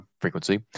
frequency